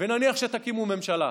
ונניח שתקימו ממשלה,